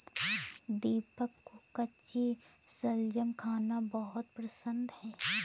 दीपक को कच्ची शलजम खाना बहुत पसंद है